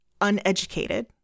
uneducated